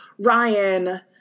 Ryan